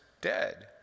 dead